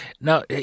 Now